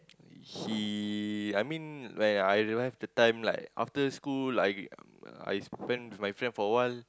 he I mean like I don't have the time like after school I I spend with my friend for a while